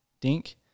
dink